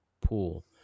pool